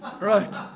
Right